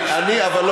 אבל,